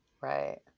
right